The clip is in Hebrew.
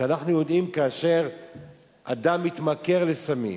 ואנחנו יודעים שכאשר אדם מתמכר לסמים,